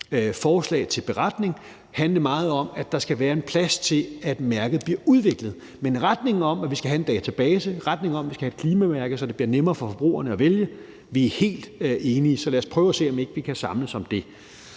forslag til beretning handle meget om, at der skal være en plads til, at mærket bliver udviklet. Men i forhold til retningen om, at vi skal have en database, retningen om, at vi skal have et klimamærke, så det bliver nemmere for forbrugerne at vælge, er vi helt enige, så lad os prøve at se, om vi ikke kan samles om det.